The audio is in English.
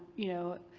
you know,